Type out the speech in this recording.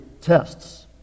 tests